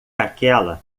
aquela